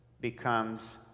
becomes